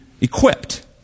equipped